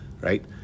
Right